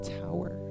tower